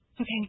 Okay